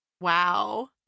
Wow